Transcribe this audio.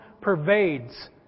pervades